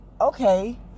okay